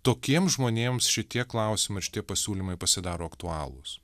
tokiems žmonėms šitie klausimai ir šitie pasiūlymai pasidaro aktualūs